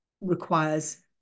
requires